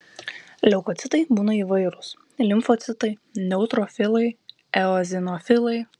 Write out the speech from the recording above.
leukocitai būna įvairūs limfocitai neutrofilai eozinofilai